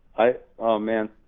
oh man.